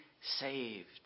saved